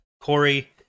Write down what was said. Corey